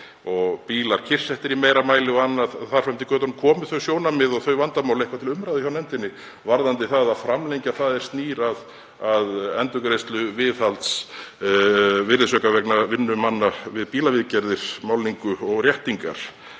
og bílar kyrrsettir í meira mæli og annað þar fram eftir götunum, komu þau sjónarmið og þau vandamál eitthvað til umræðu hjá nefndinni varðandi það að framlengja það er snýr að endurgreiðslu viðhalds virðisauka vegna vinnu manna við bílaviðgerðir, málningu og réttingar?